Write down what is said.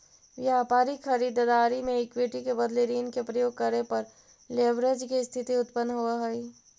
व्यापारिक खरीददारी में इक्विटी के बदले ऋण के प्रयोग करे पर लेवरेज के स्थिति उत्पन्न होवऽ हई